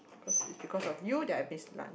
because it's because of you that I miss lunch